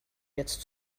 jetzt